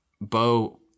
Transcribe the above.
Bo